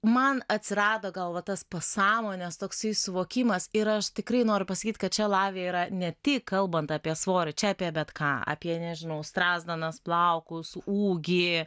man atsirado gal va tas pasąmonės toksai suvokimas ir aš tikrai noriu pasakyt kad čia lavija yra ne tik kalbant apie svorį čia apie bet ką apie nežinau strazdanas plaukus ūgį